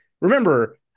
remember –